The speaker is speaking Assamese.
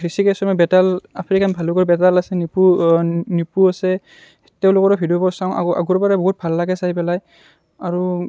হৃষিকেশ শৰ্মাৰ বেতাল আফ্ৰিকান ভালুকৰ বেতাল আছে নিপু নিপু আছে তেওঁলোকৰো ভিডিঅ'বোৰ চাওঁ আগৰ আগৰ পৰাই বহুত ভাল লাগে চাই পেলাই আৰু